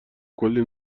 کلی